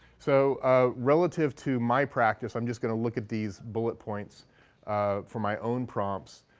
so ah relative to my practice i'm just going to look at these bullet points for my own prompts.